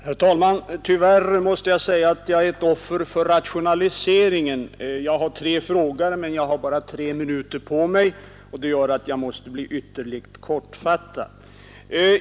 Herr talman! Tyvärr har jag blivit ett offer för rationalisering. Jag har att bemöta tre frågare men har bara tre minuter på mig, vilket gör att jag måste bli ytterligt kortfattad.